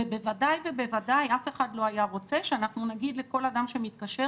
ובוודאי ובוודאי אף אחד לא היה רוצה שאנחנו נגיד לכל אדם שמתקשר,